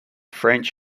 french